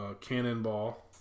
Cannonball